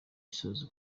isoza